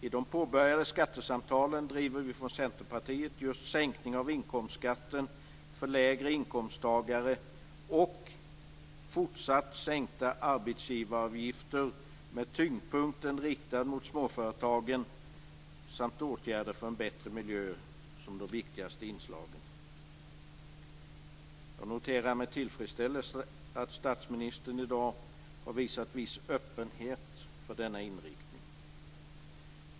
I de påbörjade skattesamtalen driver vi från Centerpartiet just en sänkning av inkomstskatten för lägre inkomsttagare och fortsatt sänkta arbetsgivaravgifter för småföretag jämte åtgärder för en bättre miljö som de viktigaste inslagen. Jag noterar med tillfredsställelse att statsministern i dag har visat en viss öppenhet för denna inriktning.